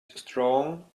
strong